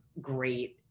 great